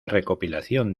recopilación